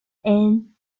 and